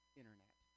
internet